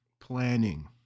planning